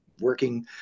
working